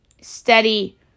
steady